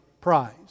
Prize